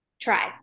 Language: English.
try